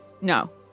no